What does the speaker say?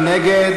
מי נגד?